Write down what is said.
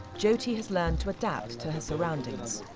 jyoti has learned to adapt to her surroundings.